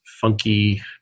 funky